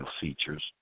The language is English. features